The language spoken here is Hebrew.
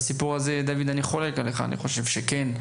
בסיפור הזה אני חולק עליך שמשרד